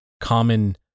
common